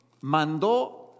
mandó